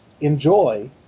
enjoy